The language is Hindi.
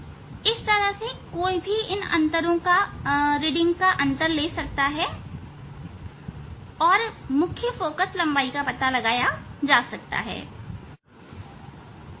इस तरह कोई भी इन अंतरों की रीडिंग ले सकता है और मुख्य फोकल लंबाई का पता लगा सकता है